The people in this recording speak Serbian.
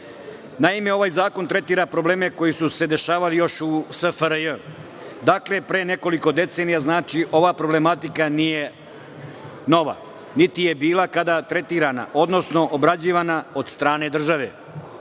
ovaj zakon tretira probleme koji su se dešavali još u SFRJ, pre nekoliko decenija, ova problematika nije nova, niti je bila kada je tretirana, odnosno obrađivana od strane države.